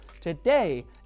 today